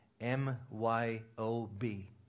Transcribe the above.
M-Y-O-B